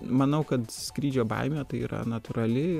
manau kad skrydžio baimė tai yra natūrali